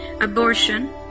abortion